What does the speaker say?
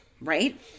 right